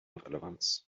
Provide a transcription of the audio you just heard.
relevanz